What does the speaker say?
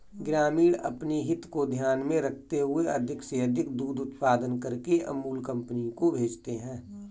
ग्रामीण अपनी हित को ध्यान में रखते हुए अधिक से अधिक दूध उत्पादन करके अमूल कंपनी को भेजते हैं